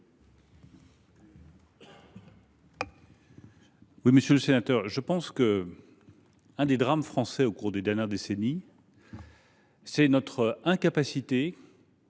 monsieur le sénateur, que l’un des drames français, au cours des dernières décennies, tient à notre incapacité